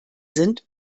sind